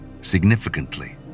Significantly